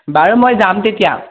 বাৰু মই যাম তেতিয়া